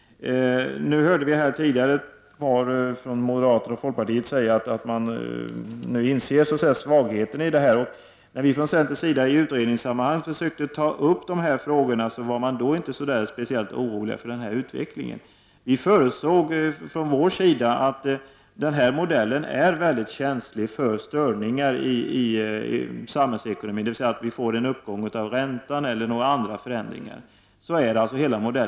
Vi hörde tidigare representanter för moderaterna och folkpartiet säga att man inser svagheten i denna modell. När vi från centerns sida i utredningssammanhang försökte ta upp de här frågorna, var man inte speciellt orolig för den här utvecklingen. Vi framhöll att den här modellen är mycket känslig för störningar i samhällsekonomin, dvs. om vi får en uppgång av räntan eller andra förändringar.